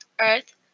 Earth